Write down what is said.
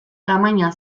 tamaina